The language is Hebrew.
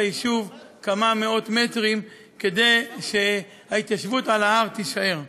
היישוב כמה מאות מטרים כדי שההתיישבות על ההר תישאר.